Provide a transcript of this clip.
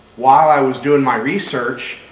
while i was doing my research,